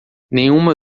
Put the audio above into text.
nenhuma